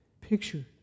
picture